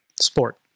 sport